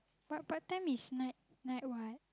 but part-time is night night what